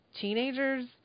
teenagers